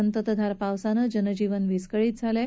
संततधार पावसानं जनजीवन विस्कळीत झालं आहे